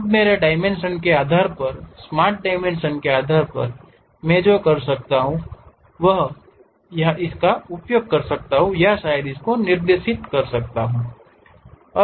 अब मेरे डायमेंशन के आधार पर स्मार्ट डायमेंशन मैं जो कर सकता हूं वह उपयोग कर सकता है जो शायद निर्दिष्ट करें